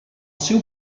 seu